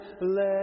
let